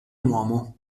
uomo